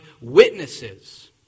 witnesses